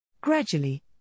Gradually